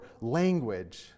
language